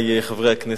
חברי חברי הכנסת,